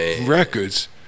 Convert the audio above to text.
records